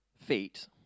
feet